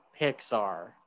Pixar